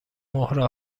مهره